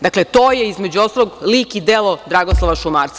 Dakle, to je između ostalog lik i delo Dragoslava Šumarca.